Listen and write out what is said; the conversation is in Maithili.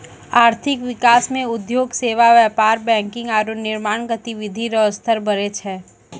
आर्थिक विकास मे उद्योग सेवा व्यापार बैंकिंग आरू निर्माण गतिविधि रो स्तर बढ़ै छै